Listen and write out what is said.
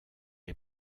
les